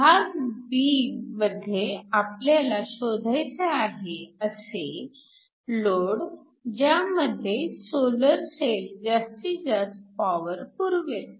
भाग b मध्ये आपल्याला शोधायचे आहे असे लोड ज्यामध्ये सोलर सेल जास्तीत जास्त पॉवर पुरवेल